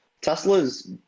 Tesla's